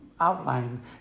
outline